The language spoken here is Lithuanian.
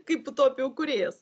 kaip utopijų kūrėjas